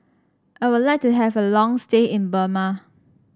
I would like to have a long stay in Burma